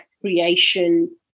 creation